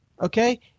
okay